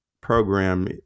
program